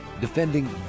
Defending